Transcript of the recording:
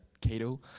Cato